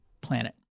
planet